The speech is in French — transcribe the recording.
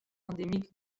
endémique